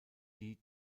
die